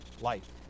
life